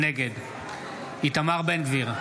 נגד איתמר בן גביר,